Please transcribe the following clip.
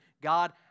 God